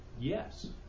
yes